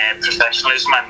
professionalism